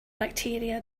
bacteria